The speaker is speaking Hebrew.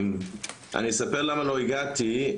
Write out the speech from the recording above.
אני אספר למה לא הגעתי.